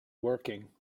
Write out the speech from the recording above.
working